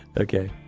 okay.